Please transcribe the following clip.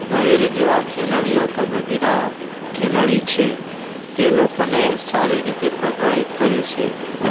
વગેરે જેવા ખેલાડીઓ કબડ્ડીના ખેલાડી છે તે લોકોને સારી રીતે પ્રભાવિત કરે છે